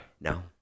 No